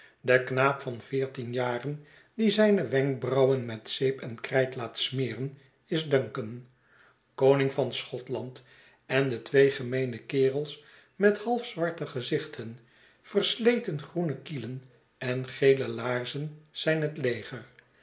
de knaap van veertien jaren die zijne wenkbrauwen met zeep en krijt laat smeren is duncan koning van schotland en de twee gem eene kerels met half zwarte gezichten versleten groene kielen en gele laarzen zijn het leger